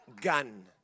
gun